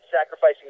sacrificing